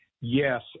Yes